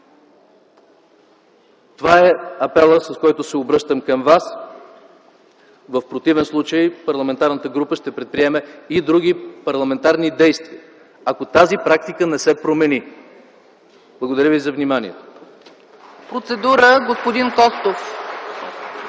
Това е апелът, с който се обръщам към Вас. В противен случай парламентарната група ще предприеме и други парламентарни действия, ако тази практика не се промени. Благодаря ви за вниманието.